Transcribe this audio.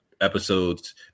episodes